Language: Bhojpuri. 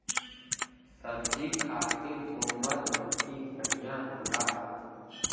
सब्जी खातिर दोमट मट्टी बढ़िया होला